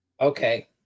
Okay